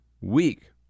weak